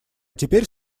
теперь